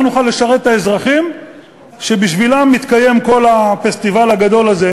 איך נוכל לשרת את האזרחים שבשבילם מתקיים כל הפסטיבל הגדול הזה?